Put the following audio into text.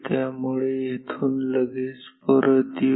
त्यामुळे येथून लगेच परत येऊ